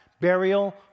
burial